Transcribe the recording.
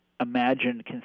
imagined